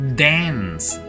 dance